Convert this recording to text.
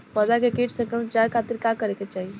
पौधा के कीट संक्रमण से बचावे खातिर का करे के चाहीं?